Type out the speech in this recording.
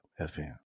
FM